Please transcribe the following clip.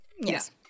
yes